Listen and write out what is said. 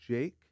Jake